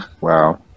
Wow